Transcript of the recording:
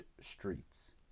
streets